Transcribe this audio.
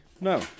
No